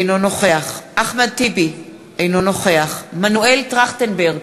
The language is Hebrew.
אינו נוכח אחמד טיבי, אינו נוכח מנואל טרכטנברג,